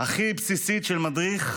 הכי בסיסית של מדריך,